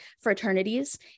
fraternities